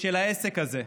של העסק הזה,